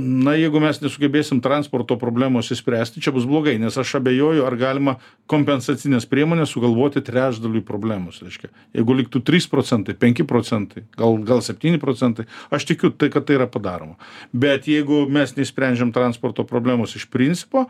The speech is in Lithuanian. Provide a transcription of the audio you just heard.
na jeigu mes nesugebėsim transporto problemos išspręsti čia bus blogai nes aš abejoju ar galima kompensacines priemones sugalvoti trečdaliui problemos reiškia jeigu liktų trys procentai penki procentai gal gal septyni procentai aš tikiu kad tai yra padaroma bet jeigu mes neišsprendžiam transporto problemos iš principo